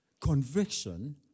conviction